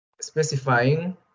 specifying